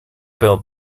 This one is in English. built